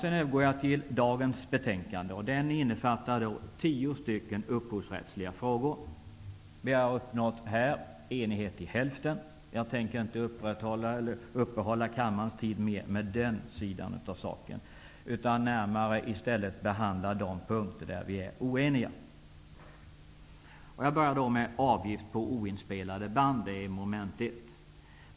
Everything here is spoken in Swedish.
Jag övergår härmed till dagens betänkande. Det innefattar tio stycken upphovsrättsliga frågor. Vi har uppnått enighet i hälften. Jag tänker inte uppehålla kammarens tid med den sidan av saken, utan i stället närmare behandla de punkter där vi är oeniga. Jag börjar med frågan om avgift på oinspelade band, mom. 1.